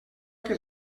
que